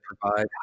provide